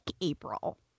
April